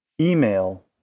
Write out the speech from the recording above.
email